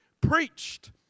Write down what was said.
preached